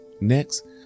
Next